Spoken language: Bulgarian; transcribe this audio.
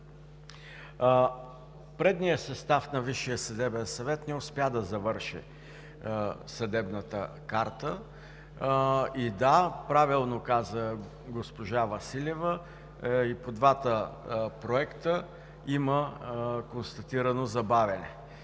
Предният състав на Висшия съдебен съвет не успя да завърши Съдебната карта. Правилно каза госпожа Василева, че по двата проекта има констатирано забавяне,